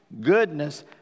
goodness